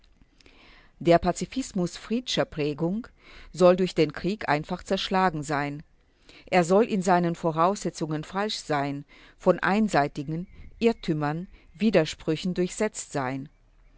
der pazifismus friedscher prägung soll durch den krieg einfach zerschlagen sein er soll in seinen voraussetzungen falsch sein von einseitigkeiten irrtümern widersprüchen durchsetzt sein